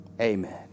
amen